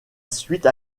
suite